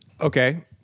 Okay